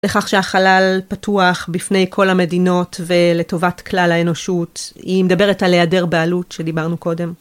לכך שהחלל פתוח בפני כל המדינות ולטובת כלל האנושות, היא מדברת על היעדר בעלות שדיברנו קודם.